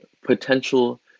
potential